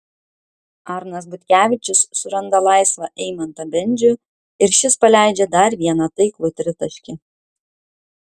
arnas butkevičius suranda laisvą eimantą bendžių ir šis paleidžia dar vieną taiklų tritaškį